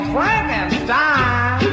Frankenstein